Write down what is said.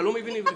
איפה?